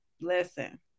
Listen